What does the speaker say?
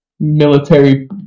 military